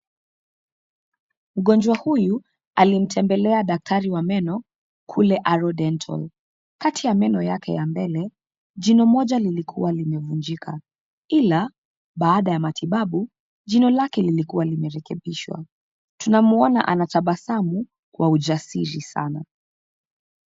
Mgonjwa huyu, alimtembelea daktari wa meno, kule Aro Dental. Kati ya meno yake ya mbele, jino moja lilikuwa limevunjika. Ila, baada ya matibabu, jino lake lilikuwa limerekebishwa. Tunamuona anatabasamu kwa ujasiri sana.